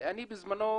אני בזמנו,